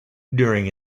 during